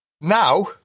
Now